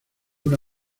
una